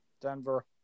Denver